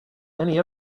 many